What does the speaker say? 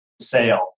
sale